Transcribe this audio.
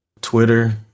Twitter